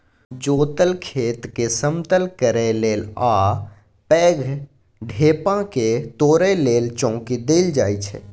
जोतल खेतकेँ समतल करय लेल आ पैघ ढेपाकेँ तोरय लेल चौंकी देल जाइ छै